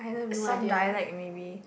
some dialect maybe